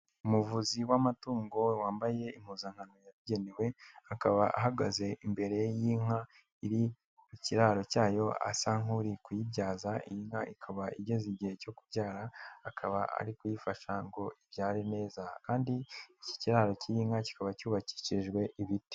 Umuvuzi w'amatungo wambaye impuzankano yagenewe, akaba ahagaze imbere y'inka iri mu kiraro cyayo asa nk'uri kuyibyaza inka ikaba igeze igihe cyo kubyara, akaba ari kuyifasha ngo ibyare neza, kandi iki kiraro cy'inka kikaba cyubakishijwe ibiti.